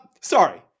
Sorry